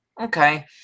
okay